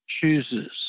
chooses